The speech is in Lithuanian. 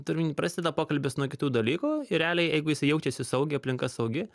turiu omeny prasideda pokalbis nuo kitų dalykų ir realiai jeigu jisai jaučiasi saugiai aplinka saugi